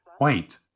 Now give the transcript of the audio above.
Wait